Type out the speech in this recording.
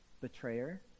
betrayer